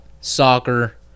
soccer